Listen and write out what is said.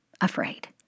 afraid